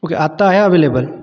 okay आता आहे available